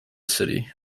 city